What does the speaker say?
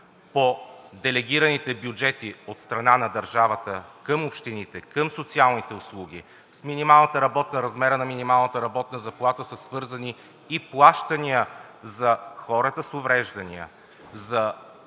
по делегираните бюджети от страна на държавата към общините, към социалните услуги. С размера на минималната работна заплата са свързани и плащания за хората с увреждания, за